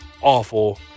awful